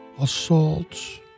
assaults